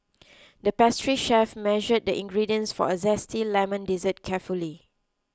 the pastry chef measured the ingredients for a Zesty Lemon Dessert carefully